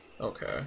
Okay